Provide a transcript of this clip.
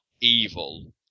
evil